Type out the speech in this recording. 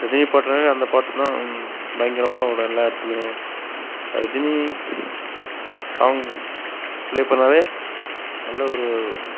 ரஜினி பாட்டுனால் அந்த பாட்டுதான் பயங்கரமாக ஓடும் எல்லா இடத்துலியுமே ரஜினி சாங் ப்ளே பண்ணால் நல்ல ஒரு